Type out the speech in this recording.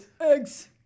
eggs